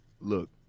Look